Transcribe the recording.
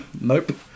nope